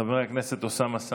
חבר הכנסת אוסאמה סעדי,